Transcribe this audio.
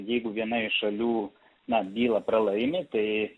jeigu viena iš šalių na bylą pralaimi tai